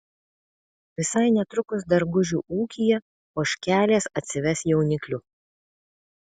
visai netrukus dargužių ūkyje ožkelės atsives jauniklių